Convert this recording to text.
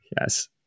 yes